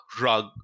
rug